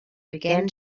began